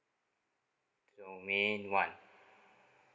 domain one